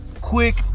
quick